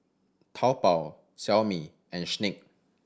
Taobao Xiaomi and Schick